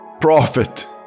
Prophet